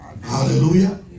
Hallelujah